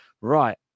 right